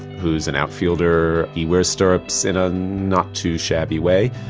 who's an outfielder, he wears stirrups in a not too shabby way.